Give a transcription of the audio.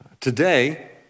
Today